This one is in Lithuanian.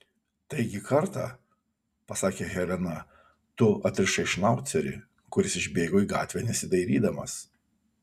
taigi kartą pasakė helena tu atrišai šnaucerį kuris išbėgo į gatvę nesidairydamas